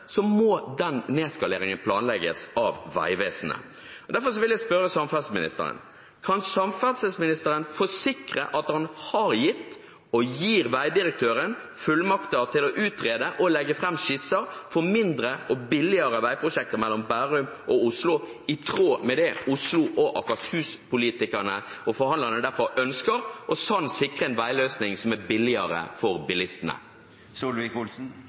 nedskaleringen planlegges av Vegvesenet. Derfor vil jeg spørre samferdselsministeren: Kan samferdselsministeren forsikre at han har gitt og gir veidirektøren fullmakter til å utrede og legge fram skisser for mindre og billigere veiprosjekter mellom Bærum og Oslo, i tråd med det Oslo- og Akershus-politikerne og forhandlerne derfra ønsker, og sånn sikre en veiløsning som er billigere for